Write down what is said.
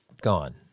gone